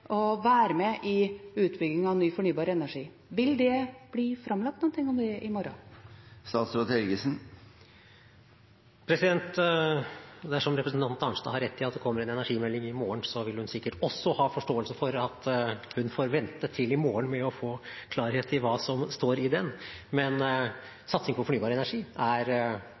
å være med på utbygging av ny fornybar energi? Vil det bli framlagt noe om det i morgen? Representanten Arnstad har rett i at det kommer en energimelding i morgen. Så vil hun sikkert også ha forståelse for at hun får vente til i morgen med å få klarhet i hva som står i den. Men satsing på fornybar energi er